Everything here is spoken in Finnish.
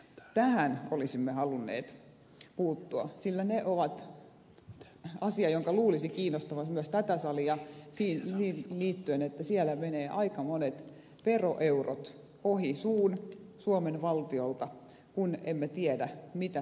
tähän olisimme halunneet puuttua sillä se on asia jonka luulisi kiinnostavan myös tätä salia siihen liittyen että siellä menevät aika monet veroeurot ohi suun suomen valtiolta kun emme tiedä mitä siellä tapahtuu